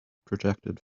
projected